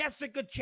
Jessica